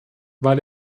weil